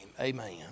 Amen